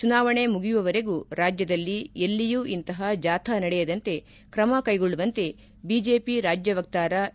ಚುನಾವಣೆ ಮುಗಿಯುವವರೆಗೂ ರಾಜ್ಯದಲ್ಲಿ ಎಲ್ಲಿಯೂ ಇಂತಹ ಜಾಥಾ ನಡೆಯದಂತೆ ಕ್ರಮ ಕೈಗೊಳ್ಳುವಂತೆ ಬಿಜೆಪಿ ರಾಜ್ಯ ವಕ್ತಾರ ಎ